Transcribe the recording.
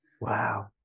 Wow